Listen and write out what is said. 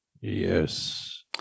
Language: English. Yes